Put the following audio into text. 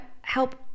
help